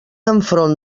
enfront